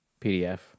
PDF